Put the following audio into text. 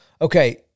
Okay